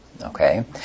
Okay